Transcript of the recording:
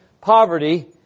poverty